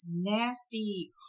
nasty